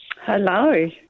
Hello